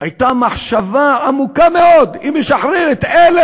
הייתה מחשבה עמוקה מאוד אם לשחרר את אלה,